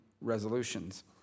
resolutions